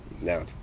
now